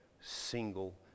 single